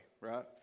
right